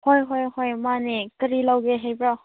ꯍꯣꯏ ꯍꯣꯏ ꯍꯣꯏ ꯃꯥꯟꯅꯦ ꯀꯔꯤ ꯂꯧꯒꯦ ꯍꯥꯏꯕ꯭ꯔꯣ